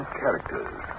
characters